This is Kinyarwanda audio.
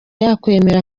yakwemera